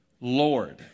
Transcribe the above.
Lord